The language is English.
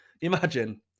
Imagine